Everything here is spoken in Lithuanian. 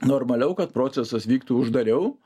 normaliau kad procesas vyktų uždariau